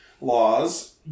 Laws